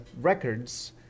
records